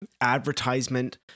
advertisement